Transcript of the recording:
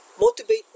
motivate